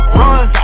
run